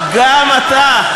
גם אתה.